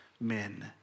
men